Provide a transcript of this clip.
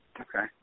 Okay